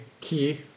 key